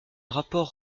rapport